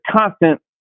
constant